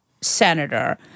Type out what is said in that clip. senator